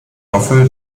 hoffe